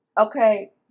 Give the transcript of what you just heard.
Okay